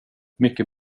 mycket